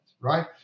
right